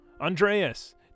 Andreas